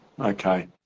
Okay